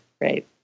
right